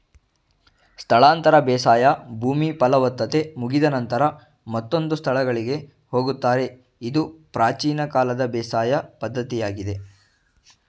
ಸ್ಥಳಾಂತರ ಬೇಸಾಯ ಭೂಮಿ ಫಲವತ್ತತೆ ಮುಗಿದ ನಂತರ ಮತ್ತೊಂದು ಸ್ಥಳಗಳಿಗೆ ಹೋಗುತ್ತಾರೆ ಇದು ಪ್ರಾಚೀನ ಕಾಲದ ಬೇಸಾಯ ಪದ್ಧತಿಯಾಗಿದೆ